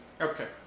Okay